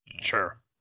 Sure